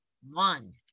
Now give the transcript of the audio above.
One